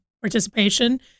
participation